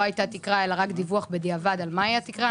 לא הייתה תקרה אלא רק דיווח בדיעבד על גובה התקרה.